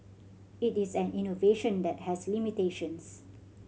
it is an innovation that has limitations